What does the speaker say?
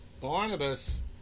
Barnabas